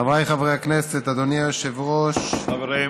חבריי חברי הכנסת, אדוני היושב-ראש, חברים,